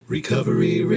Recovery